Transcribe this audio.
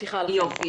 ברשותך,